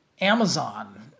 Amazon